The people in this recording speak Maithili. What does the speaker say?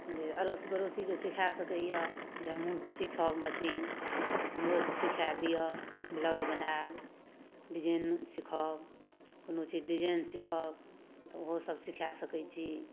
जे अड़ोसी पड़ोसीके सिखा सकैए जे हम सीखब मशीन हमरो सिखाए दिअ ब्लाउज बनायब डिजाइन सीखब कोनो चीज डिजाइन सीखब तऽ ओहोसभ सिखाए सकैत छी